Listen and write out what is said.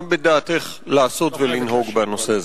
מה בדעתך לעשות ולנהוג בנושא הזה?